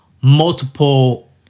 Multiple